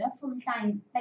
full-time